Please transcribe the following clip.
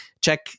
check